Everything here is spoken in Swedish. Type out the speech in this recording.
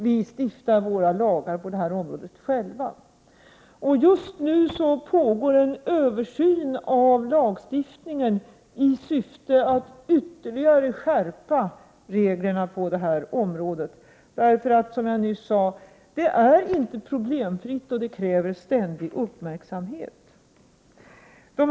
Vi stiftar våra lagar på detta område själva. Just nu pågår en översyn av lagstiftningen i syfte att ytterligare skärpa reglerna. Som jag nyss sade, är detta inte problemfritt och det kräver därför ständig uppmärksamhet.